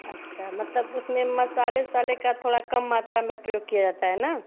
अच्छा मतलब उसमें मसाले उसाले का थोड़ा कम मात्रा में प्रयोग किया जाता है ना